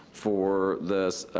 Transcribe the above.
for the